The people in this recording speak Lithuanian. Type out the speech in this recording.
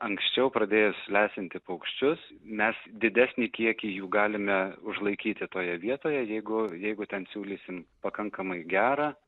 anksčiau pradėjus lesinti paukščius mes didesnį kiekį jų galime užlaikyti toje vietoje jeigu jeigu ten siūlysim pakankamai gerą